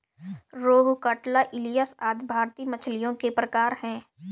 रोहू, कटला, इलिस आदि भारतीय मछलियों के प्रकार है